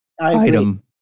item